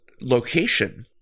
location